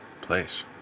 place